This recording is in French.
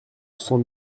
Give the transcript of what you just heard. cent